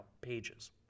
pages